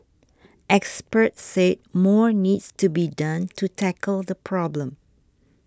experts said more needs to be done to tackle the problem